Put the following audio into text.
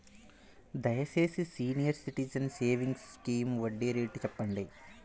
దయచేసి senior citizens savings scheme వడ్డీ rate చెప్పండి